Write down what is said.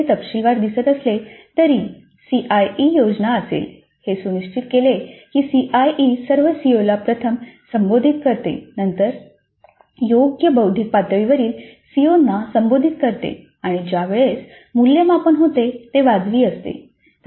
हे थोडेसे तपशीलवार दिसत असले तरी सीआयई योजना असेल हे सुनिश्चित करते की सीआयई सर्व सीओला प्रथम संबोधित करते नंतर योग्य बौद्धिक पातळीवरील सीओना संबोधित करते आणि ज्या वेळेस मूल्यमापन होते ते वाजवी असते